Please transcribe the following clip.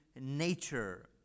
nature